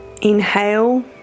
Inhale